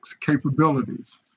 capabilities